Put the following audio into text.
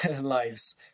lives